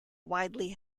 widely